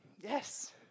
yes